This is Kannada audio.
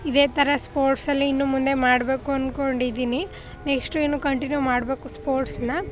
ಇದೇ ಥರ ಸ್ಪೋರ್ಟ್ಸಲ್ಲಿ ಇನ್ನು ಮುಂದೆ ಮಾಡಬೇಕು ಅಂದ್ಕೊಂಡಿದ್ದೀನಿ ನೆಕ್ಸ್ಟ್ ಇನ್ನೂ ಕಂಟಿನ್ಯೂ ಮಾಡಬೇಕು ಸ್ಪೋರ್ಟ್ಸ್ನ